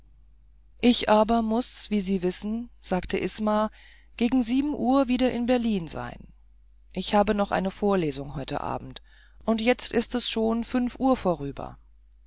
ich aber muß wie sie wissen sagte isma gegen sieben uhr wieder in berlin sein ich habe noch eine vorlesung heute abend und jetzt es ist schon fünf uhr vorüber